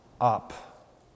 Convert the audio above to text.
up